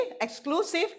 exclusive